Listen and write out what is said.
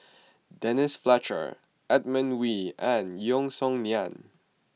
Denise Fletcher Edmund Wee and Yeo Song Nian